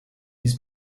this